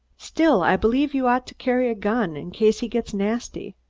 still, i believe you ought to carry a gun, in case he gets nasty.